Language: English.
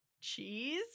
Cheese